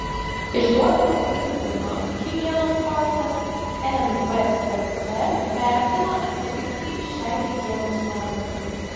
išduodamas leidimą higienos pasą nvsc vertina atitiktį šiai higienos normai